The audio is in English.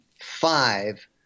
five